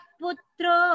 putro